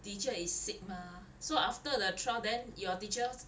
teacher is sick mah so after the trial then your teacher